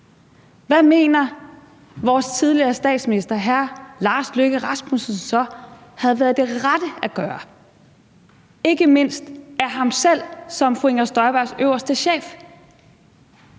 hvad mener vores tidligere statsminister, hr. Lars Løkke Rasmussen, så havde været det rette at gøre – ikke mindst af ham selv som fru Inger Støjbergs øverste chef?